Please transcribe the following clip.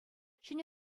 ҫӗнӗ